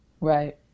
Right